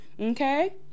okay